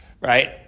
right